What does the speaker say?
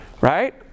Right